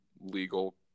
legal